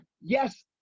Yes